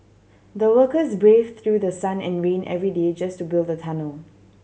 the workers braved through the sun and rain every day just to build the tunnel